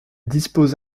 dispose